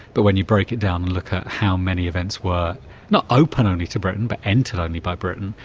but when you break it down and look at how many events were not open only to britain, but entered only by britain,